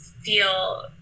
feel